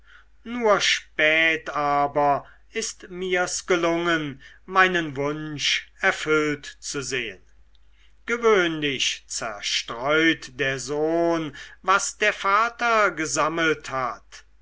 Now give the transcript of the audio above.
nur spät aber ist mir's gelungen meinen wunsch er füllt zu sehen gewöhnlich zerstreut der sohn was der vater gesammelt hat